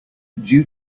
due